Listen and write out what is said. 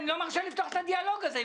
אני לא מרשה לפתוח את הדיאלוג הזה,